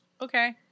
Okay